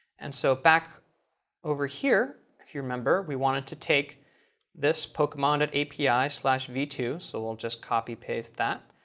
and so back over here, if you remember, we wanted to take this pokemon at api v two, so we'll just copy paste that.